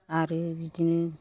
आरो बिदिनो